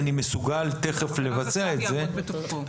אני מסוגל תיכף לבצע את זה,